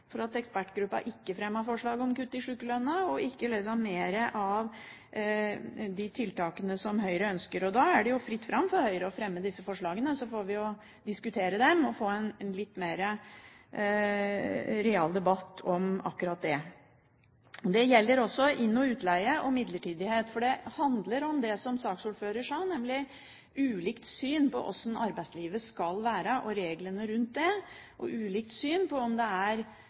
for at ekspertgruppa ikke fremmet forslag om kutt i sykelønnen og ikke «liksom mer» av de tiltakene som Høyre ønsker. Da er det jo fritt fram for Høyre å fremme disse forslagene. Så får vi jo diskutere dem og få en litt mer real debatt om akkurat det. Det gjelder også innleie og utleie og midlertidighet, for det handler om det som saksordføreren sa, nemlig ulikt syn på hvordan arbeidslivet skal være og reglene rundt det, og ulikt syn på om det er